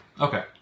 Okay